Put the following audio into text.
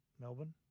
Melbourne